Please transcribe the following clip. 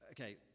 okay